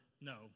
No